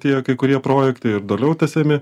tie kai kurie projektai ir toliau tęsiami